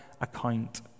account